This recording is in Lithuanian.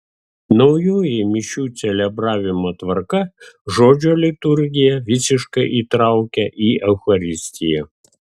naujoji mišių celebravimo tvarka žodžio liturgiją visiškai įtraukia į eucharistiją